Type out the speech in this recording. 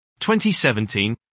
2017